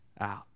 out